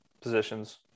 positions